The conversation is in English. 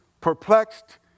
perplexed